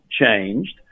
changed